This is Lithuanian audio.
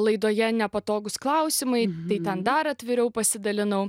laidoje nepatogūs klausimai tai ten dar atviriau pasidalinau